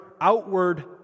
outward